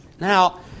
Now